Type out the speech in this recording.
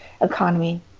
economy